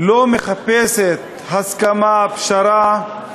לא מחפשת הסכמה, פשרה,